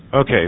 Okay